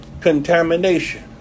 Contamination